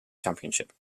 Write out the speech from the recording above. championship